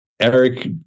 Eric